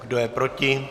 Kdo je proti?